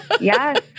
Yes